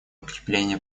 укрепления